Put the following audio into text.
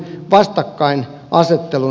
arvoisa puhemies